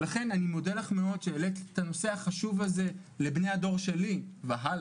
לכן אני מודה לך מאוד שהעלית את הנושא החשוב הזה לבני הדור שלי והלאה.